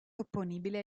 opponibile